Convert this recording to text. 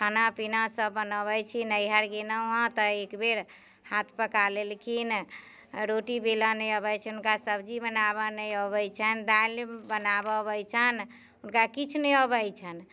खाना पीना सभ बनबै छी नैहर गेनहुँ तऽ एकबेर हाथ पका लेलखिन रोटी बेलऽ नहि अबै छै हुनका सब्जी बनाबऽ नहि अबै छनि दालि नहि बनाबऽ अबै छनि हुनका किछु नहि अबै छनि